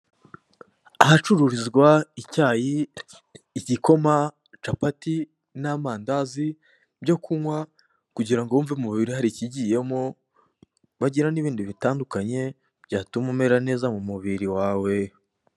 Ahacururizwa icyayi, igikoma, capati, n'amandazi, byo kunywa, kugira ngo wumve mu mubiri hari ikigiyemo, bagira n'ibindi bitandukanye byatuma umera neza mu mubiri wawe.